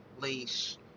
leash